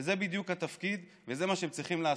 וזה בדיוק התפקיד וזה מה שהם צריכים לעשות,